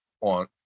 on